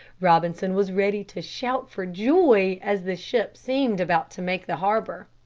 robinson was ready to shout for joy as the ship seemed about to make the harbor.